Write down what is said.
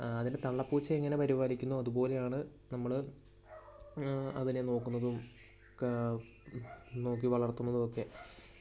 അതിൻ്റെ തള്ളപ്പൂച്ച എങ്ങനെ പരിപാലിക്കുന്നോ അതുപോലെയാണ് നമ്മൾ അതിനെ നോക്കുന്നതും നോക്കി വളർത്തുന്നതും ഒക്കെ